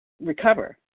recover